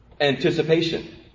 anticipation